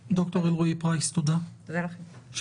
ד"ר אלרעי פרייס, תודה על הזמן הרב שבילית איתנו.